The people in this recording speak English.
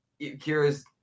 Kira's